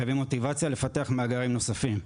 חייבים מוטיבציה לפתח מאגרים נוספים.